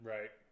Right